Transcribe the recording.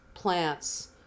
plants